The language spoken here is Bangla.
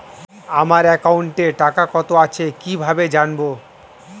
আমার একাউন্টে টাকা কত আছে কি ভাবে জানবো?